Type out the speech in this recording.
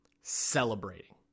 celebrating